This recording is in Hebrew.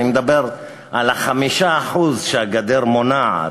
אני מדבר על 5% שהגדר מונעת,